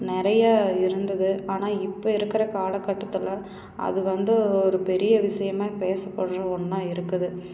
நிறைய இருந்தது ஆனால் இப்போ இருக்கிற காலக்கட்டத்தில் அது வந்து ஒரு பெரிய விஷயமா பேசப்படுற ஒன்றா இருக்குது